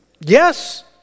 Yes